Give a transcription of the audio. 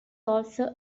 also